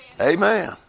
Amen